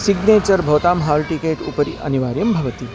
signature भवतां hall ticket उपरि अनिवार्यं भवति